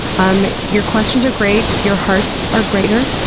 um your questions are great, your hearts are greater.